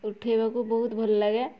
ଉଠାଇବାକୁ ବହୁତ ଭଲ ଲାଗେ